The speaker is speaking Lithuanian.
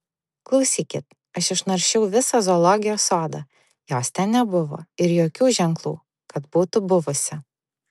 klausykit aš išnaršiau visą zoologijos sodą jos ten nebuvo ir jokių ženklų kad būtų buvusi